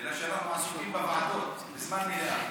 אלא בגלל שאנחנו עסוקים בוועדות בזמן מליאה.